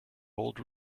hold